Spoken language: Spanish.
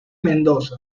mendoza